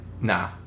nah